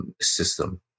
system